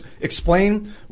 explain